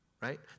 right